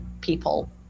people